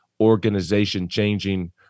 organization-changing